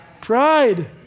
Pride